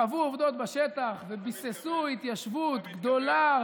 קבעו עובדות בשטח וביססו התיישבות גדולה,